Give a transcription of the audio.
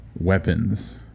weapons